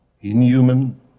inhuman